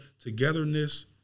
togetherness